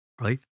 right